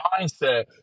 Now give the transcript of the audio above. mindset